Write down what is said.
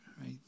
right